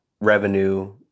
revenue